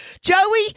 Joey